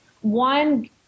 one